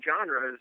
genres